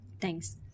thanks